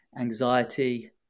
anxiety